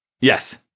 Yes